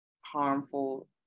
harmful